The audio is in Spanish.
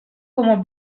como